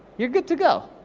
you're good to go.